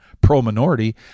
pro-minority